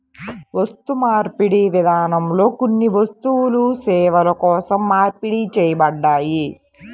వస్తుమార్పిడి విధానంలో కొన్ని వస్తువులు సేవల కోసం మార్పిడి చేయబడ్డాయి